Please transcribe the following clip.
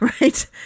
Right